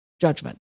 judgment